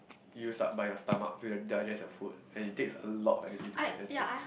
use up by your stomach to digest your food and it takes a lot of energy to digest it